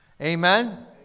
Amen